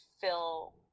fill